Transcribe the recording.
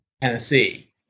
Tennessee